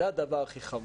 זה הדבר הכי חמור.